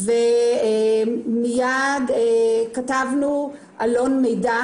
ומיד כתבנו עלון מידע